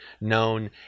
known